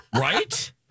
Right